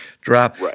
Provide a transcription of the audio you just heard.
drop